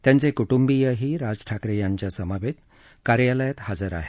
त्यांचे कुटुंबीयही राज ठाकरे यांच्यासमवेत कार्यालयात हजर आहेत